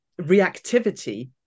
reactivity